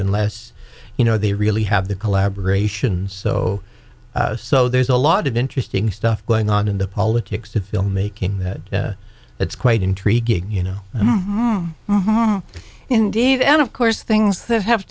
unless you know they really have the collaboration so so there's a lot of interesting stuff going on in the politics of filmmaking that it's quite intriguing you know indeed and of course things that have